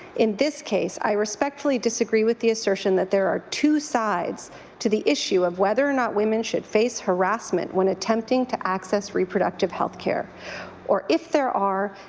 in this case i respectfully disagree with the assertion that there are two sides to the issue of whether or not women should face harrassment when attempting to access reproductive health care or if there are,